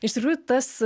iš tikrųjų tas